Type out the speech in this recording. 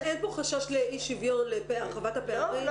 אין פה חשש לאי שוויון, להרחבת הפערים?